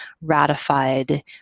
ratified